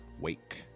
wake